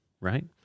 right